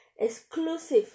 exclusive